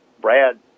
Brad